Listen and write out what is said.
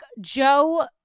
Joe